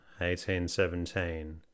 1817